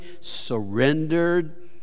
surrendered